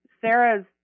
Sarah's